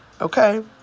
okay